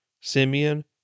Simeon